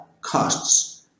costs